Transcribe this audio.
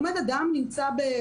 עומד אדם בפארק,